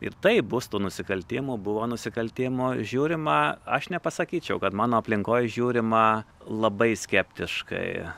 ir taip bus tų nusikaltimų buvo nusikaltimų ir žiūrima aš nepasakyčiau kad mano aplinkoj žiūrima labai skeptiškai